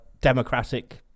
democratic